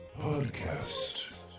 podcast